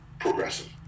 progressive